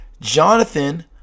Jonathan